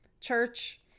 church